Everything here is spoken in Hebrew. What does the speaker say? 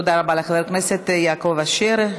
תודה רבה לחבר הכנסת יעקב אשר.